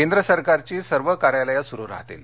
केंद्र सरकारची सर्व कार्यालयं सुरू राहतील